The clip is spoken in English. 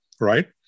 right